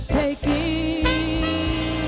taking